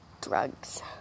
Drugs